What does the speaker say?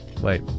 Wait